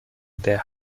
der